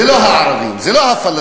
זה לא הערבים, זה לא הפלסטינים.